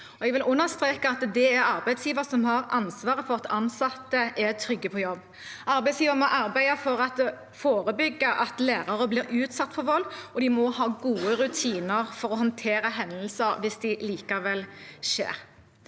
Jeg vil understreke at det er arbeidsgiver som har ansvaret for at ansatte er trygge på jobb. Arbeidsgiver må arbeide for å forebygge at lærere blir utsatt for vold, og de må ha gode rutiner for å håndtere hendelser hvis de likevel skjer.